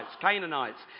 Canaanites